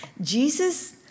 Jesus